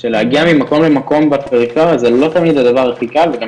של להגיע ממקום למקום בפריפריה זה לא תמיד הדבר הכי קל וגם